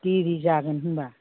दिरि जागोन होनब्ला